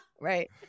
Right